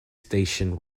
station